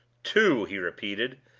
two! he repeated,